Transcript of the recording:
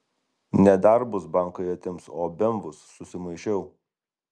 ne darbus bankai atims o bemvus susimaišiau